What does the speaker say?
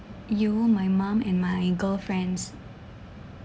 you my mom and my girlfriends